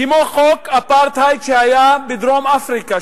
לחוק אפרטהייד שהיה בדרום-אפריקה,